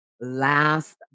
last